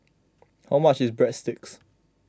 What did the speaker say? how much is Breadsticks